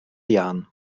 jahren